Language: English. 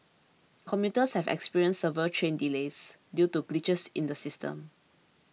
commuters have experienced several train delays due to glitches in the system